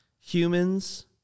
humans